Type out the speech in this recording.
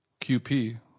QP